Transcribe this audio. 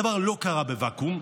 הדבר לא קרה בוואקום,